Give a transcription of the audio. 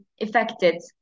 affected